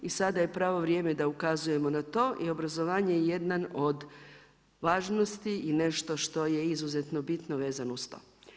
I sada je pravo vrijeme da ukazujemo na to i obrazovanje je jedan od važnosti i nešto što je izuzetno bitno vezano uz to.